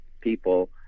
people